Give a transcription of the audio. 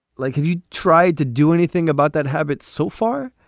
like, have you tried to do anything about that habit so far?